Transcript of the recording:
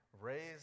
raised